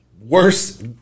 Worse